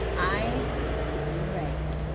i am ready.